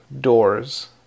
doors